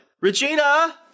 Regina